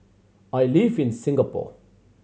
I live in Singapore